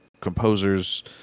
composers